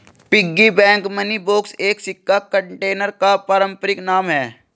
piggy bank money box एक सिक्का container का पारंपरिक नाम है